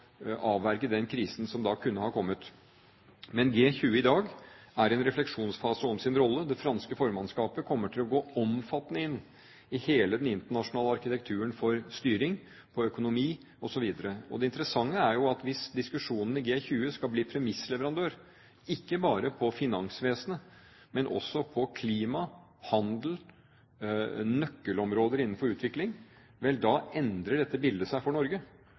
avverge den krisen som da kunne ha kommet. Men G20 i dag er i en refleksjonsfase om sin rolle. Det franske formannskapet kommer til å gå omfattende inn i hele den internasjonale arkitekturen for styring på økonomi osv. Det interessante er at hvis diskusjonene i G20 skal bli premissleverandør ikke bare for finansvesenet, men også for klima og handel og på nøkkelområder innenfor utvikling – vel, da endrer dette bildet seg for Norge,